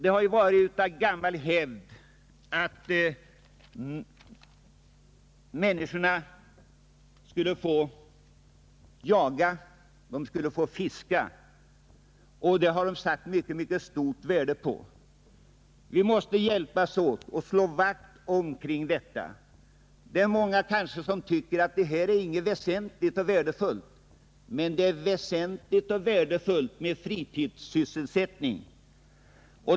Det har varit en gammal hävd att människorna skall få jaga och fiska, och det har de satt mycket stort värde på. Vi måste hjälpas åt att slå vakt kring detta. Många tycker kanske att detta inte är något väsentligt och värdefullt. Men det är väsentligt och värdefullt med fritidssysselsättning.